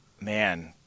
man